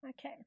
Okay